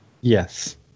Yes